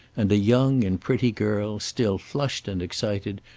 and a young and pretty girl, still flushed and excited,